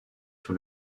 sur